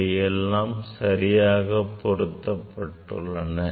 இவை எல்லாம் சரியாக பொருத்தப்பட்டுள்ளன